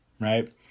Right